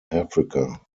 africa